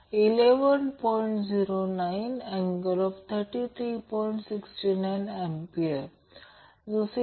त्यामुळे current I magnitude Vमग्नित्यूड √R 2 Lω ω C 2 असे असेल